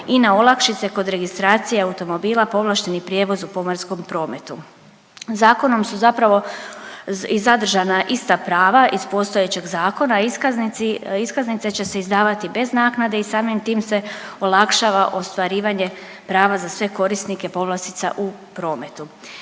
i na olakšice kod registracije automobila, povlašteni prijevoz u pomorskom prometu. Zakonom su zapravo i zadržana ista prava iz postojećeg Zakona o iskaznici, a iskaznice će se izdavati bez naknade i samim tim se olakšava ostvarivanje prava za sve korisnike povlastica u prometu.